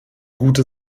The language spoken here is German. gute